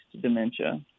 dementia